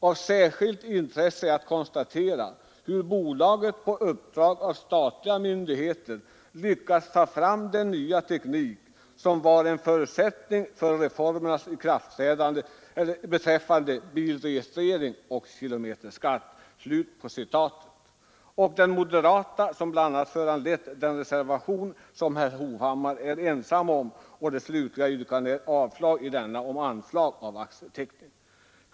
Av särskilt intresse är att konstatera hur bolaget på uppdrag av statliga myndigheter lyckats ta fram den nya teknik som var en förutsättning för reformerna beträffande bilregistrering och kilometerskatt.” Den moderata motionen har bl.a. föranlett den reservation som herr Hovhammar är ensam om och där det slutliga yrkandet går ut på att propositionen om anslag till teckning av aktier i Utvecklingsbolaget skall avslås.